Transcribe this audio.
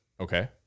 Okay